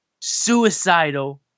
Suicidal